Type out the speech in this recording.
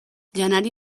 janari